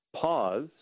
pause